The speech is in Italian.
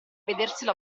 vedersela